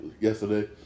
yesterday